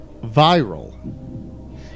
Viral